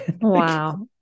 Wow